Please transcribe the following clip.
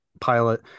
pilot